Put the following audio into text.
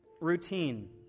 routine